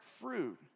fruit